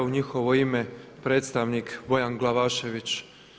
U njihovo ime predstavnik Bojan Glavašević.